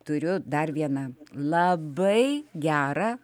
turiu dar vieną labai gerą